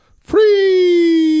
free